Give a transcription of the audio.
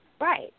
Right